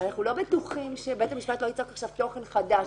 אנחנו לא בטוחים שבית המשפט לא יצוק עכשיו תוכן חדש.